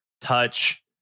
touch